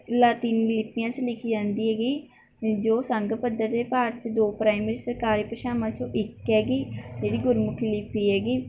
ਲਾਤੀਨੀ ਲਿੱਪੀਆਂ 'ਚ ਲਿਖੀ ਜਾਂਦੀ ਹੈਗੀ ਜੋ ਸੰਘ ਪੱਧਰ 'ਤੇ ਭਾਰਤ 'ਚ ਦੋ ਪ੍ਰਾਇਮਰੀ ਸਰਕਾਰੀ ਭਾਸ਼ਾਵਾਂ 'ਚੋ ਇੱਕ ਹੈਗੀ ਜਿਹੜੀ ਗੁਰਮੁਖੀ ਲਿਪੀ ਹੈਗੀ